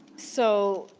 so,